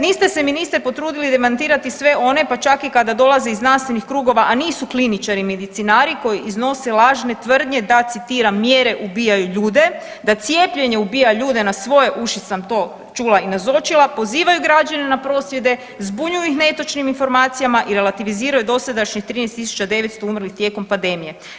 Niste se ministre potrudili demantirati sve one, pa čak i kada dolaze iz znanstvenih krugova, a nisu kliničari medicinari koji iznose lažne tvrdnje da citiram, mjere ubijaju ljude, da cijepljenje ubija ljude, na svoje uši sam to čula i nazočila, pozivaju građane na prosvjede, zbunjuju ih netočnim informacijama i relativiziraju dosadašnjih 13.900 umrlih tijekom pandemije.